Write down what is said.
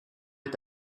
est